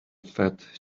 fed